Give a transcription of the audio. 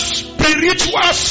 spiritual